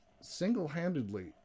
single-handedly